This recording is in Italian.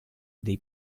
dei